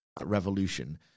Revolution